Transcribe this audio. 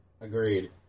Agreed